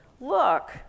look